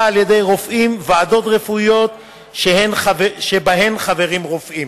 על-ידי רופאים וועדות רפואיות שבהן חברים רופאים.